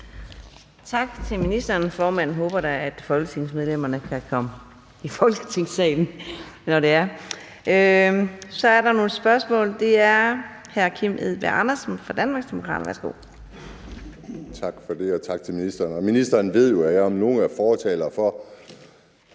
Tak til ministeren. Formanden håber da, at folketingsmedlemmerne kan komme i Folketingssalen, når det er. Så er der nogle spørgsmål. Først er det hr. Kim Edberg Andersen fra Danmarksdemokraterne. Værsgo. Kl. 14:45 Kim Edberg Andersen (DD): Tak for det, og tak til ministeren. Ministeren ved jo, at jeg om nogen er fortaler for